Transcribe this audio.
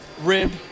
rib